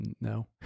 No